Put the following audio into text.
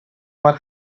were